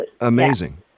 amazing